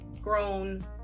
grown